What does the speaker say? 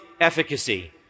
efficacy